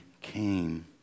came